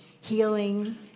healing